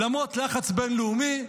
למרות לחץ בין-לאומי,